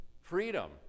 freedom